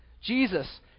Jesus